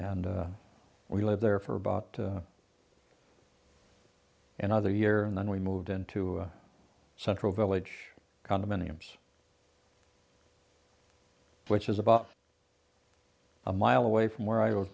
and we lived there for about another year and then we moved into central village condominiums which is about a mile away from where i was